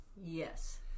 Yes